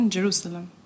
Jerusalem